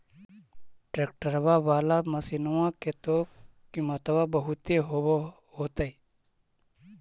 ट्रैक्टरबा बाला मसिन्मा के तो किमत्बा बहुते होब होतै?